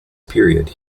period